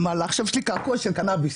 עכשיו יש לי קעקוע של קנאביס